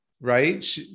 right